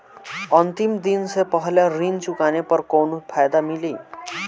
अंतिम दिन से पहले ऋण चुकाने पर कौनो फायदा मिली?